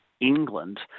England